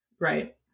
Right